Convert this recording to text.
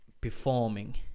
performing